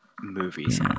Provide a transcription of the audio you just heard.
movies